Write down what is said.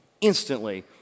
instantly